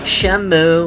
Shamu